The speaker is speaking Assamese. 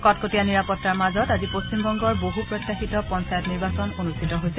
কটকটীয়া নিৰাপত্তাৰ মাজত আজি পশ্চিমবংগৰ বহু প্ৰত্যাশিত পঞ্চায়ত নিৰ্বাচত অনুষ্ঠিত হৈছে